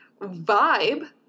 vibe